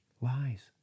Lies